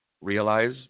realize